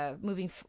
moving